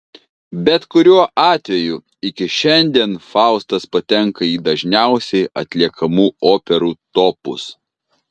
bet kuriuo atveju iki šiandien faustas patenka į dažniausiai atliekamų operų topus